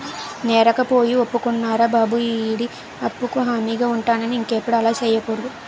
నేరకపోయి ఒప్పుకున్నారా బాబు ఈడి అప్పుకు హామీగా ఉంటానని ఇంకెప్పుడు అలా సెయ్యకూడదు